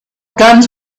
guns